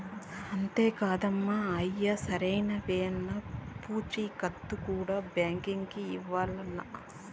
అంతే కాదమ్మ, అయ్యి సరైనవేనన్న పూచీకత్తు కూడా బాంకీకి ఇయ్యాల్ల